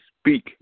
speak